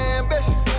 ambition